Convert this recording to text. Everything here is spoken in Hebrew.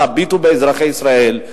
תביטו באזרחי ישראל.